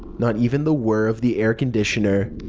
not even the whirr of the air-conditioner.